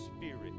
spirit